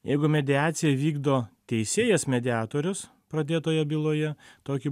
jeigu mediaciją vykdo teisėjas mediatorius pradėtoje byloje tokiu